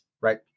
Right